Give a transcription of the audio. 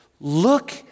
Look